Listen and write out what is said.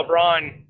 LeBron –